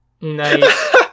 nice